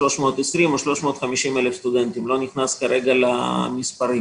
320,000 או 350,000 סטודנטים אני לא נכנס כרגע למספרים.